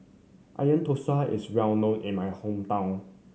Onion Thosai is well known in my hometown